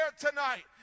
tonight